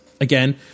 Again